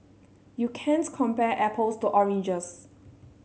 you can't compare apples to oranges